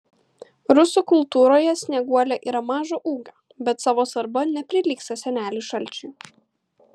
rusų kultūroje snieguolė yra mažo ūgio bet savo svarba neprilygsta seneliui šalčiui